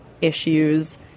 issues